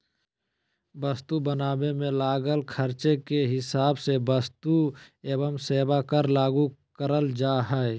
वस्तु बनावे मे लागल खर्चे के हिसाब से वस्तु एवं सेवा कर लागू करल जा हय